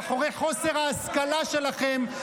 מאחורי חוסר ההשכלה שלכם,